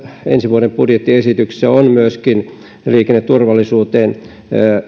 ensi vuoden budjettiesityksessä on myöskin liikenneturvallisuuteen